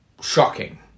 shocking